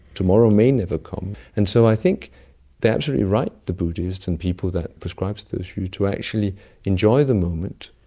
tomorrow may never come. and so i think they're absolutely right, the buddhists and people that prescribe to this view, to actually enjoy the moment.